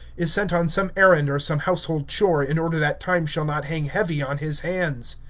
is sent on some errand or some household chore, in order that time shall not hang heavy on his hands.